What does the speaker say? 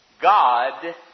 God